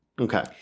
Okay